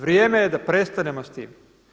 Vrijeme je da prestanemo s tim.